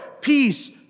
peace